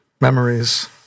memories